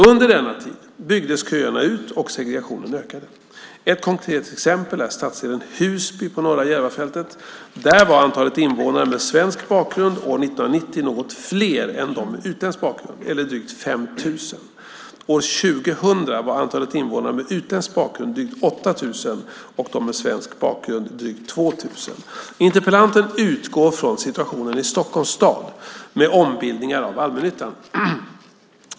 Under denna tid byggdes köerna ut, och segregationen ökade. Ett konkret exempel är stadsdelen Husby på norra Järvafältet. Där var antalet invånare med svensk bakgrund år 1990 något fler än de med utländsk bakgrund, drygt 5 000. År 2000 var antalet invånare med utländsk bakgrund drygt 8 000 och de med svensk bakgrund drygt 2 000. Interpellanten utgår från situationen i Stockholms stad med ombildningar av allmännyttan.